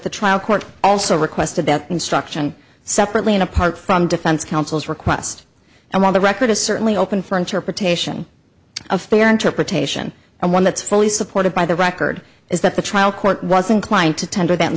the trial court also requested that instruction separately and apart from defense counsel's request and while the record is certainly open for interpretation a fair interpretation and one that's fully supported by the record is that the trial court was inclined to tend